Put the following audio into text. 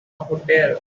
hotel